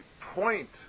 point